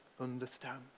understand